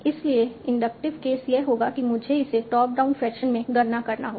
इसलिए inductive case यह होगा कि मुझे इसे टॉप डाउन फैशन में गणना करना होगा